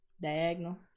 Diagonal